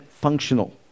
functional